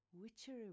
witchery